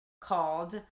called